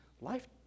life